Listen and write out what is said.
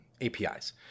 APIs